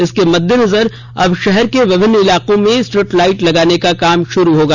इसके मद्देनजर अब शहर के विभिन्न इलाकों में स्ट्रीट लाइट लगाने का काम शुरू होगा